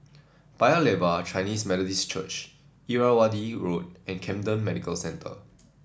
Paya Lebar Chinese Methodist Church Irrawaddy Road and Camden Medical Centre